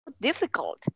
difficult